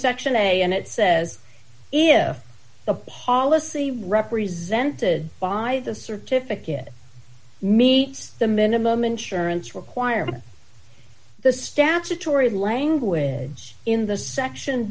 section a and it says if the policy represented by the certificate meets the minimum insurance requirement the statutory language in the section